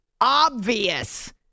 obvious